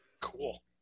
cool